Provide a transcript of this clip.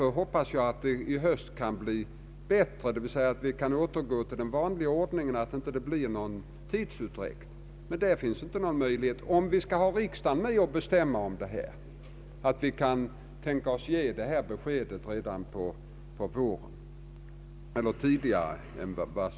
Jag hoppas därför att det kan bli bättre i höst och inte uppkomma någon tidsutdräkt. Om vi skall ha riksdagen med och bestämma om detta, finns det ingen möjlighet att ge ett besked redan på våren eller nyåret.